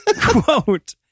Quote